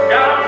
God